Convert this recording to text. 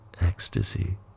ecstasy